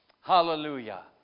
Hallelujah